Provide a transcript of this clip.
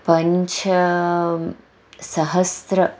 पञ्चसहस्रम्